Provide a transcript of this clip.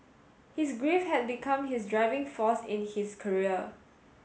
his grief had become his driving force in his career